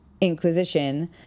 Inquisition